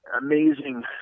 amazing